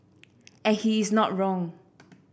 and he is not wrong